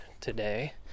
today